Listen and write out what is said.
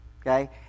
okay